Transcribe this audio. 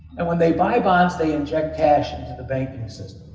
and when they buy bonds, they inject cash into the banking system,